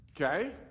Okay